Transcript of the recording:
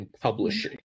publishing